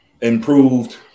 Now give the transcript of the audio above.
improved